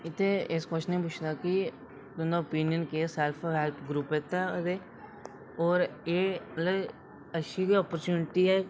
इत्थै इस क्वेच्शन एह् पुच्छे दा की तुं'दा ओपीनियन केह् सेल्फ ग्रूप आस्तै ते केह् एह् मतलब अच्छी गै आपर्च्यूनिटी ऐ ते